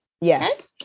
Yes